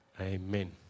Amen